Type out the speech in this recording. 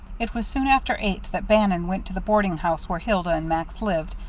it was soon after eight that bannon went to the boarding-house where hilda and max lived,